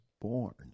born